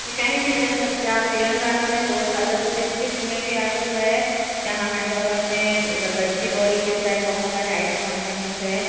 جی کہیں بھی لے سکتے ہیں آپ تلنگانہ میں کوسادہ ڈسٹرکٹ میں بھی آپ کو ہے یہاں حیدرآباد میں ادھر گچی باؤلی کے سائیڈ بہت سارے آئی ٹی کمپنیز ہے